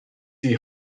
die